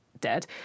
dead